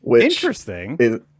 Interesting